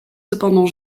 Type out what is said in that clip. cependant